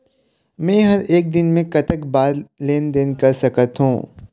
मे हर एक दिन मे कतक बार लेन देन कर सकत हों?